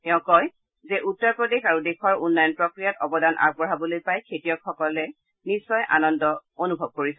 তেওঁ কয় যে উত্তৰ প্ৰদেশ আৰু দেশৰ উন্নয়ন প্ৰক্ৰিয়াত অৱদান আগবঢ়াবলৈ পাই খেতিয়কসকলে নিশ্চয় আনন্দ অনুভৱ কৰিছে